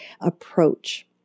approach